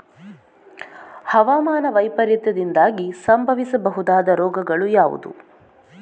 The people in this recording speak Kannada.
ಹವಾಮಾನ ವೈಪರೀತ್ಯದಿಂದಾಗಿ ಸಂಭವಿಸಬಹುದಾದ ರೋಗಗಳು ಯಾವುದು?